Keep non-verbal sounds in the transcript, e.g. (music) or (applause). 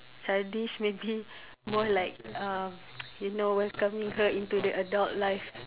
childish (laughs) maybe more like uh (noise) you know welcoming her into the adult life